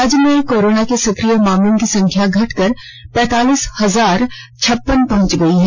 राज्य में कोरोना के सक्रिय मामलों की संख्या घटकर पैतालीस हजार छप्पन पहंच गई है